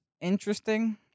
interesting